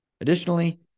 Additionally